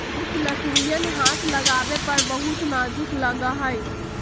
कुछ लकड़ियन हाथ लगावे पर बहुत नाजुक लगा हई